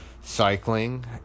cycling